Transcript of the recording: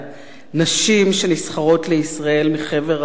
נשים שנסחרות לישראל מחבר המדינות,